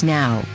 now